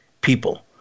people